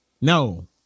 No